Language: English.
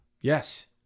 Yes